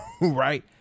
right